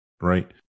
right